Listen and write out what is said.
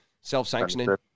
Self-sanctioning